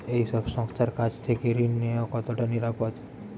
এই সব সংস্থার কাছ থেকে ঋণ নেওয়া কতটা নিরাপদ?